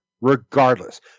regardless